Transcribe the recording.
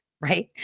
right